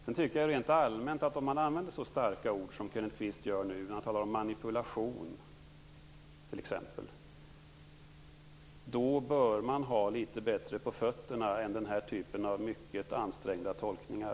Rent allmänt tycker jag att om man använder så starka ord som manipulation, som Kenneth Kvist använder, bör man ha litet bättre på fötterna än den här typen av mycket ansträngda tolkningar.